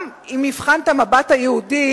גם אם נבחן את המבט היהודי,